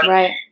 Right